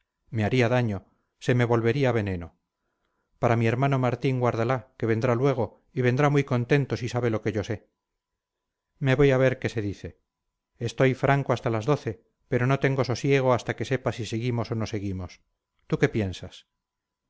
me haría daño se me volvería veneno para mi hermano martín guárdala que vendrá luego y vendrá muy contento si sabe lo que yo sé me voy a ver qué se dice estoy franco hasta las doce pero no tengo sosiego hasta que sepa si seguimos o no seguimos tú qué piensas